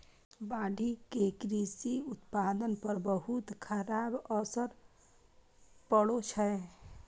बाढ़ि के कृषि उत्पादन पर बहुत खराब असर पड़ै छै